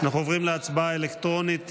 אנחנו עוברים להצבעה אלקטרונית